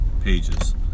pages